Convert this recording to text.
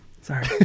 Sorry